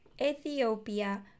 Ethiopia